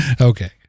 Okay